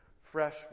fresh